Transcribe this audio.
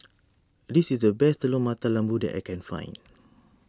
this is the best Telur Mata Lembu that I can find